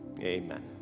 Amen